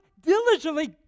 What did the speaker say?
diligently